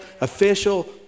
official